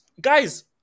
Guys